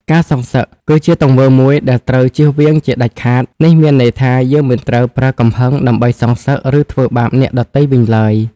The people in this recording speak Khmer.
ការសងសឹក គឺជាទង្វើមួយដែលត្រូវជៀសវាងជាដាច់ខាត នេះមានន័យថា យើងមិនត្រូវប្រើកំហឹងដើម្បីសងសឹក ឬធ្វើបាបអ្នកដទៃវិញឡើយ។